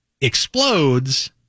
explodes